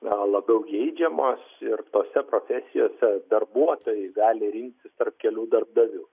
na labiau geidžiamos ir tose profesijose darbuotojai gali rinktis tarp kelių darbdavių